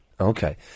Okay